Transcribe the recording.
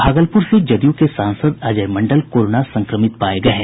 भागलपुर से जदयू के सांसद अजय मंडल कोरोना संक्रमित पाये गये हैं